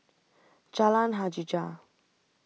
Jalan Hajijah